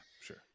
sure